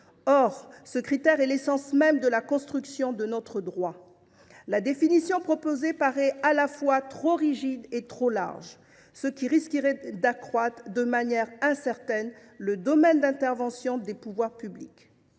que ce critère constitue l’essence même de la construction de notre droit. La définition proposée paraît à la fois trop rigide et trop large, au risque d’accroître de manière incertaine le domaine d’intervention des pouvoirs publics.